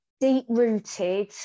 deep-rooted